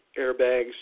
airbags